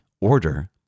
Order